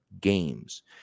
games